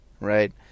Right